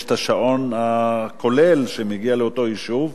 יש את השעון הכולל שמגיע לאותו יישוב,